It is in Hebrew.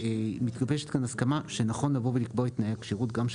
מתגבשת כאן הסכמה שנכון לבוא ולקבוע תנאי כשירות גם של